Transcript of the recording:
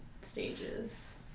stages